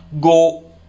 go